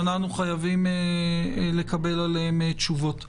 שאנחנו חייבים לקבל עליהן תשובות.